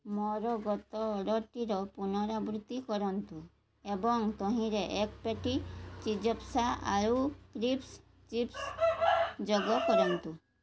ମୋର ଗତ ଅର୍ଡ଼ର୍ଟିର ପୁନରାବୃତ୍ତି କରନ୍ତୁ ଏବଂ ତହିଁରେ ଏକ ପେଟି ଚିଜପ୍ପା ଆଳୁ କ୍ରିସ୍ପ୍ ଚିପ୍ସ୍ ଯୋଗ କରନ୍ତୁ